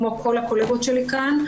כמו כל הקולגות שלי כאן,